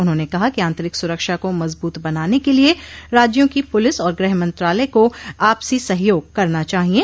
उन्होंने कहा कि आंतरिक सुरक्षा को मजबूत बनाने के लिये राज्यों की पुलिस और गृह मंत्रालय को आपसी सहयोग करना चाहिये